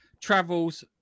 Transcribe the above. travels